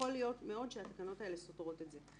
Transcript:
ויכול להיות מאוד שהתקנות האלה סותרות את זה.